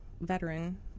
veteran